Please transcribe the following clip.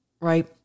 right